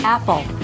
Apple